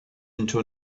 into